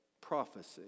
Prophecy